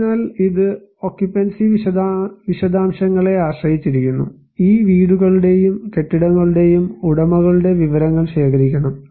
അതിനാൽ ഇത് ഒക്യുപൻസി വിശദാംശങ്ങളെ ആശ്രയിച്ചിരിക്കുന്നു ഈ വീടുകളുടെയും കെട്ടിടങ്ങളുടെയും ഉടമകളുടെ വിവരങ്ങൾ ശേഖരിക്കണം